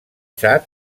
txad